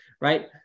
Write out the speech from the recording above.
right